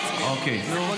מילה.